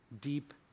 deep